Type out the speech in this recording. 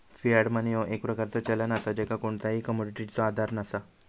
Fiat money ह्यो एक प्रकारचा चलन असा ज्याका कोणताही कमोडिटीचो आधार नसा